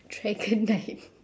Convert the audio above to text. dragonite